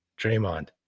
Draymond